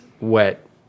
wet